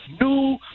new